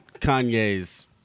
Kanye's